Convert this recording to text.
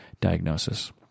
diagnosis